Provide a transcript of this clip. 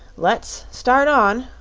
let's start on,